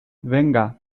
venga